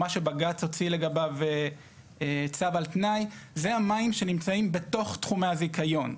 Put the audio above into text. מה שבג"ץ הוציא לגביו צו על תנאי זה המים שנמצאים בתוך תחומי הזיכיון.